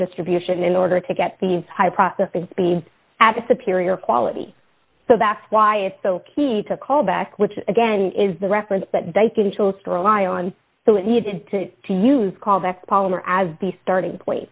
distribution in order to get these high processing speeds at disappear your quality so that's why it's so key to callback which again is the reference that they can chose to rely on so it needed to to use callbacks palmer as the starting point